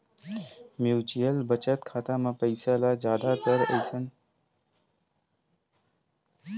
mutual बचत खाता म पइसा ल जादातर अइसन कंपनी के सेयर म लगाए जाथे जेखर बाड़हे के जादा असार रहिथे